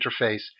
interface